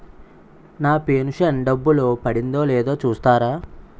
నా pension డబ్బులు పడిందో లేదో చూస్తారా?